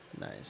Nice